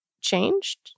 changed